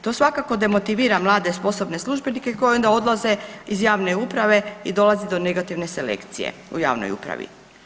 To svakako demotivira mlade, sposobne službenike koji onda odlaze iz javne uprave i dolazi do negativne selekcije u javnoj upravi.